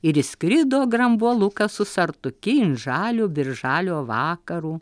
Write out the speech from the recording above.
ir išskrido grambuolukas su sartuki in žalų birželio vakaru